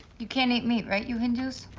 you can't eat meat, right? you hindus?